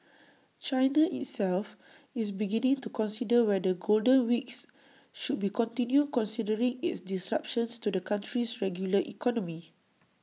China itself is beginning to consider whether golden weeks should be continued considering its disruptions to the country's regular economy